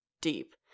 deep